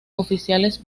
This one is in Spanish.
oficiales